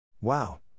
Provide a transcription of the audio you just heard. Wow